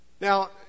Now